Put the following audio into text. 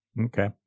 Okay